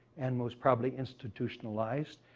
and most probably institutionalized.